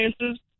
chances